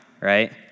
right